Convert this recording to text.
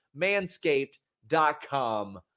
Manscaped.com